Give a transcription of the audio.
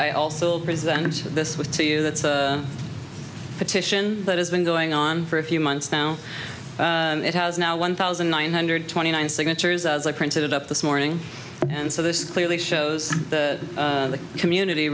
i also presented this with to you that's a petition that has been going on for a few months now and it has now one thousand nine hundred twenty nine signatures as i printed it up this morning and so this clearly shows the community